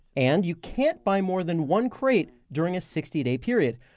and you can't buy more than one crate during a sixty day period.